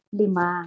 lima